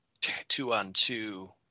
two-on-two